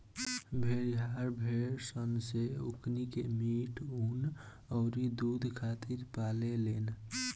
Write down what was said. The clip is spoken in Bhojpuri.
भेड़िहार भेड़ सन से ओकनी के मीट, ऊँन अउरी दुध खातिर पाले लेन